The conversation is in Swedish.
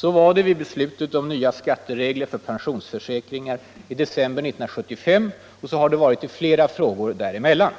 Så var det vid beslutet om nya skatteregler för pensionsförsäkringar i december 1975, och så har det varit i flera frågor däremellan.